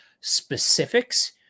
specifics